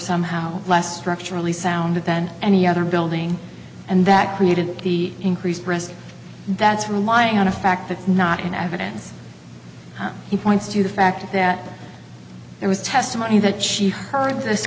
somehow less structurally sound than any other building and that created the increased risk that's relying on the fact that not in evidence he points to the fact that there was testimony that she heard this